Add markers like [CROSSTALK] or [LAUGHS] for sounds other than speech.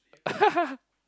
[LAUGHS]